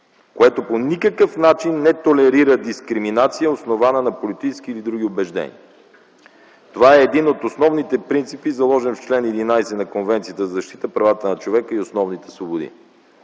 което по никакъв начин не толерира дискриминация, основана на политически или други убеждения. Това е един от основните принципи, заложени в чл. 11 на Конвенцията за защита правата на човека и основните свободи.